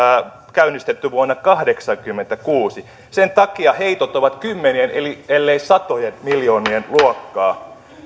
käynnistetty vuonna kahdeksankymmentäkuusi sen takia heitot ovat kymmenien ellei satojen miljoonien luokkaa